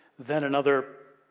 then another